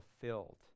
fulfilled